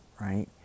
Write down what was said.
right